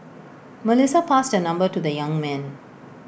Melissa passed her number to the young man